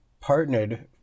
partnered